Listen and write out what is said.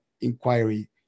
inquiry